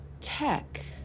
tech